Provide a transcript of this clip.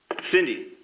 Cindy